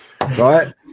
Right